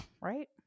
right